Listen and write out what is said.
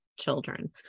children